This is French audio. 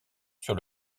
sur